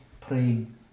praying